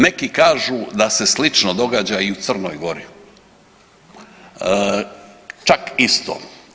Neki kažu da se slično događa i u Crnoj Gori, čak isto.